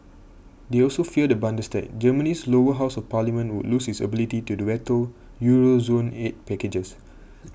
they also fear the Bundestag Germany's lower house of parliament would lose its ability to the veto Euro zone aid packages